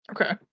Okay